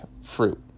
fruit